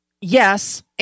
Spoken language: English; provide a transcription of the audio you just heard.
Yes